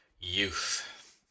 youth